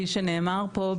שנאמר פה,